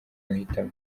bahitamo